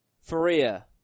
Faria